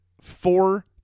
four